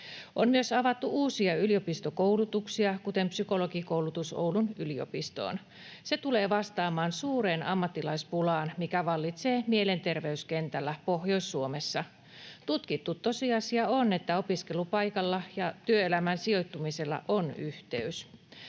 On myös avattu uusia yliopistokoulutuksia, kuten psykologikoulutus Oulun yliopistoon. Se tulee vastaamaan suureen ammattilaispulaan, mikä vallitsee mielenterveyskentällä Pohjois-Suomessa. Tutkittu tosiasia on, että opiskelupaikalla ja työelämään sijoittumisella on yhteys.